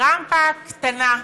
רמפה קטנה,